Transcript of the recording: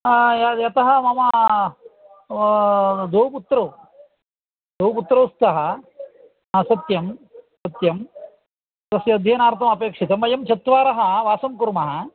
य यतः मम द्वौ पुत्रौ द्वौ पुत्रौ स्तः सत्यं सत्यं तस्य अध्ययनार्थमपेक्षितं वयं चत्वारः वासं कुर्मः